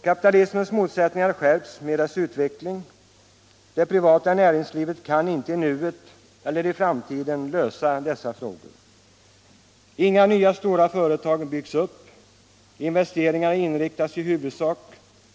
Kapitalismens motsättningar skärps med dess utveckling. Det privata näringslivet kan inte i nuet eller i framtiden lösa dessa frågor. Inga nya stora företag byggs upp. Investeringarna inriktas i huvudsak